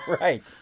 Right